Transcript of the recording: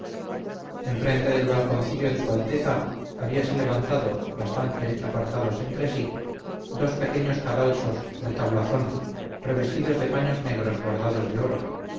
misa enfrente del balconcillo de su alteza habíanse levantado bastante apartados entre sí dos pequeños cadalsos de tablazón revestidos de paños negros bordados de oro